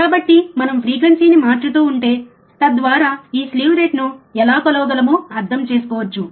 కాబట్టి మనము ఫ్రీక్వెన్సీని మార్చుతూ ఉంటే తద్వారా ఈ స్లీవ్ రేటు ఎలా కొలవగలమో అర్థం చేసుకోవచ్చు